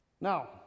Now